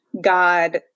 God